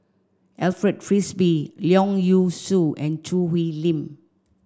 Alfred Frisby Leong Yee Soo and Choo Hwee Lim